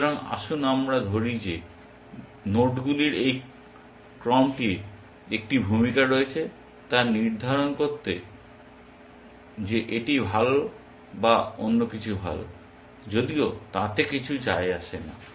সুতরাং আসুন আমরা ধরি যে নোডগুলির এই ক্রমটির একটি ভূমিকা রয়েছে তা নির্ধারণ করতে যে এটি ভাল বা অন্য কিছু ভাল যদিও তাতে কিছু যায় আসে না